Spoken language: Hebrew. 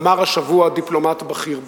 אמר השבוע דיפלומט בכיר באו"ם.